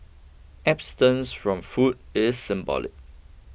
abstinence from food is symbolic